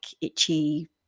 itchy